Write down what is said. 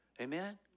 Amen